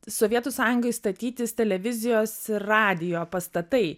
sovietų sąjungoj statytis televizijos radijo pastatai